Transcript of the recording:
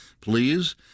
please